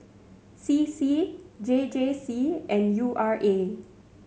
C C J J C and U R A